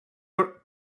out